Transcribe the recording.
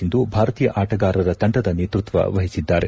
ಸಿಂಧು ಭಾರತೀಯ ಆಟಗಾರರ ತಂಡದ ನೇತೃತ್ವ ವಹಿಸಿದ್ದಾರೆ